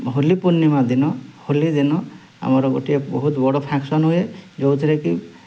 ହୋଲି ପୂର୍ଣ୍ଣିମା ଦିନ ହୋଲି ଦିନ ଆମର ଗୋଟିଏ ବହୁତ ବଡ଼ ଫ୍ୟାକ୍ସନ ହୁଏ ଯେଉଁଥିରେ କି